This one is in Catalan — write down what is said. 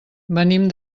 venim